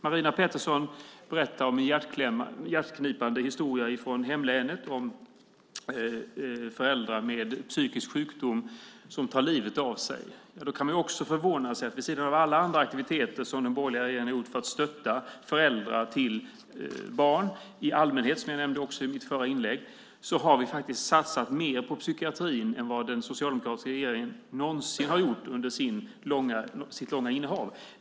Marina Pettersson berättade en hjärtknipande historia från hemlänet om föräldrar med psykisk sjukdom som tar livet av sig. Då kan man också framhålla att vid sidan av alla andra aktiviteter som den borgerliga regeringen har för att stötta föräldrar till barn i allmänhet, som jag också nämnde i mitt förra inlägg, har vi faktiskt satsat mer på psykiatrin än vad den socialdemokratiska regeringen någonsin har gjort under sitt långa regeringsinnehav.